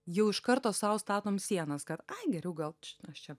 jau iš karto sau statom sienas kad ai geriau gal aš čia